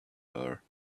her